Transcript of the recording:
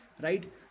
right